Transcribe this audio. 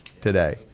today